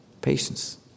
Patience